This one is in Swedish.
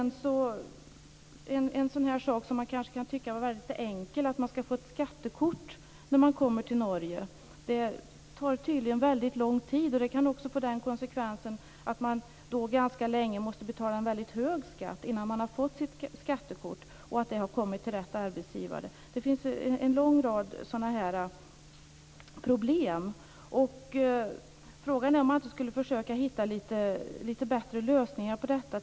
Något som man kan tycka är väldigt enkelt är det faktum att man skall få ett skattekort när man kommer till Norge. Det tar tydligen väldigt långt tid, och det kan också få den konsekvensen att man ganska länge måste betala en väldigt hög skatt innan man har fått sitt skattekort och innan det har kommit till rätt arbetsgivare. Det finns en lång rad sådana problem. Frågan är om man inte skulle försöka hitta lite bättre lösningar på detta.